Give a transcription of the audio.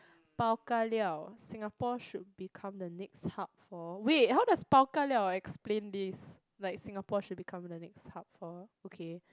bao ka liao Singapore should become the next hub for wait how does bao ka liao explain this like Singapore should become the next hub for okay